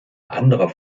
anderer